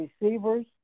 receivers